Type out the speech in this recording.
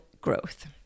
growth